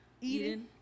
Eden